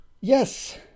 Yes